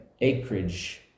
acreage